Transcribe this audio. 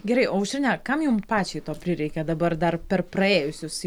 gerai o aušrine kam jums pačiai to prireikė dabar dar per praėjusius